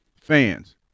fans